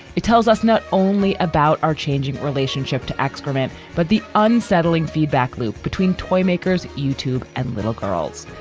it tells us not only about our changing relationship to excrement, but the unsettling feedback loop between toymakers, youtube and little girls.